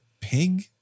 pig